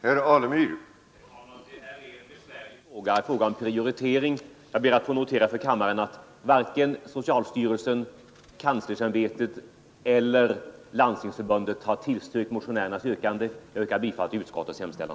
Herr talman! Detta är ett besvärligt problem, och det måste bli fråga om prioriteringar. Jag ber att få notera att varken socialstyrelsen, universitetskanslersämbetet eller Landstingsförbundet har tillstyrkt motionärernas yrkande. Jag yrkar bifall till utskottets hemställan.